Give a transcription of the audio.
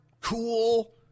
Cool